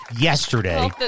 yesterday